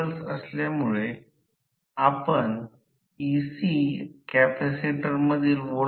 rotor वारंवारिता आता बदलते F2 sf मध्ये म्हणून रोटर प्रेरित emf ते E2 असेल